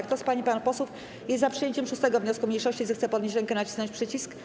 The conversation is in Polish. Kto z pań i panów posłów jest za przyjęciem 6. wniosku mniejszości, zechce podnieść rękę i nacisnąć przycisk.